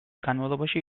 განმავლობაში